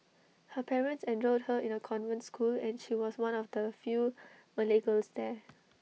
her parents enrolled her in A convent school and she was one of the few Malay girls there